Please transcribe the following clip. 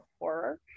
Horror